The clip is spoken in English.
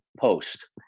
Post